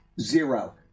zero